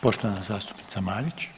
Poštovana zastupnica Marić.